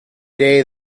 day